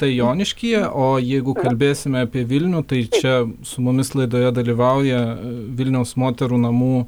tai joniškyje o jeigu kalbėsime apie vilnių tai čia su mumis laidoje dalyvauja vilniaus moterų namų